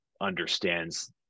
understands